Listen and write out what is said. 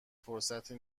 فرصتی